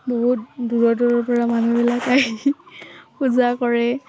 বহুত দূৰ দূৰৰপৰা মানুহবিলাক আহি পূজা কৰে